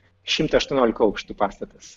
šimto aštuoniolika aukštų pastatas